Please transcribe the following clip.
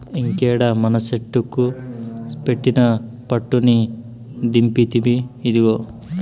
ఇంకేడ మనసెట్లుకు పెట్టిన పట్టుని దింపితిమి, ఇదిగో